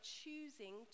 choosing